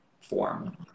form